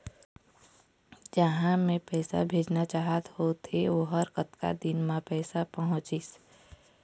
जहां मैं पैसा भेजना चाहत होथे ओहर कतका दिन मा पैसा पहुंचिस?